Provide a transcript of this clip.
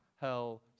hell